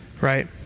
right